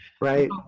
Right